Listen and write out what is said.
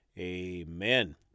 Amen